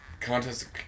Contest